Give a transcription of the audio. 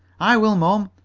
i will, mom,